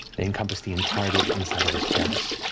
they encompass the entirety of the inside of this terrace,